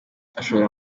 ashobora